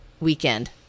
weekend